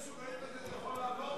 בבית-המשוגעים הזה זה יכול לעבור?